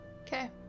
Okay